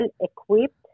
equipped